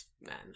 man